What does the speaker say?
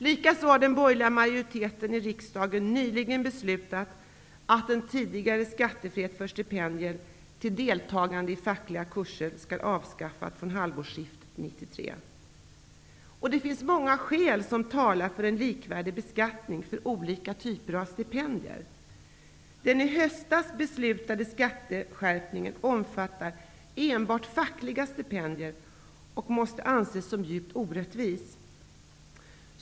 Likaså har den borgerliga majoriteten i riksdagen nyligen beslutat att den tidigare skattefriheten för stipendier till deltagande i fackliga kurser skall avskaffas från halvårsskiftet 1993. Det finns många skäl som talar för en likvärdig beskattning för olika typer av stipendier. Den i höstas beslutade skatteskärpningen omfattar enbart fackliga stipendier och måste anses som djupt orättvis.